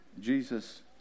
Jesus